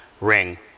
ring